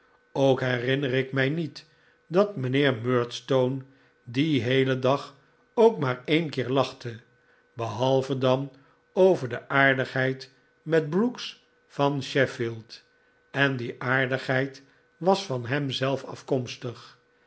ook herinner ik mij niet dat mijnheer murdstone dien heelen dag ook maar een keer lachte behalve dan over de aardigheid met brooks van sheffield en die aardigheid was van hem zelf afkomstig